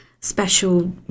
special